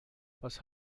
was